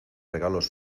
regalos